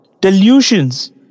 delusions